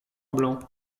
blanc